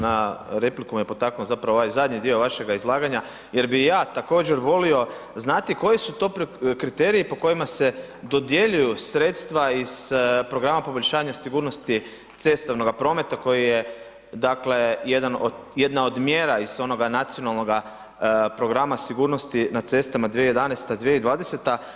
Na repliku me potaknuo zapravo ovaj zadnji dio vašega izlaganja jer bi i ja također volio znati, koji su to kriteriji po kojima se dodjeljuju sredstva iz programa poboljšanja sigurnosti cestovnoga prometa koji je, dakle, jedna od mjera iz onoga nacionalnoga programa sigurnosti na cestama 2011./2020.